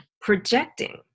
projecting